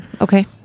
Okay